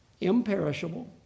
imperishable